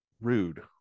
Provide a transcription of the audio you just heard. rude